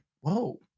Whoa